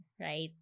right